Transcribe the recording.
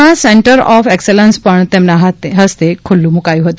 માં centre of excellence પણ તેમના હસ્તે ખુલ્લુ મુકાયું છે